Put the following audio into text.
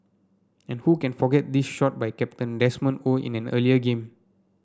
and who can forget this shot by captain Desmond Oh in an earlier game